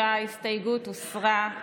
23. ההסתייגות הוסרה.